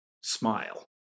smile